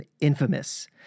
infamous